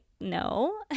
no